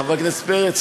חבר הכנסת פרץ,